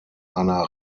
einer